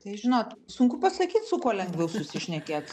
tai žinot sunku pasakyt su kuo lengviau susišnekėt